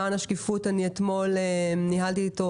למען השקיפות, אני אתמול ניהלתי אתו